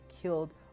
killed